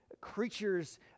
creatures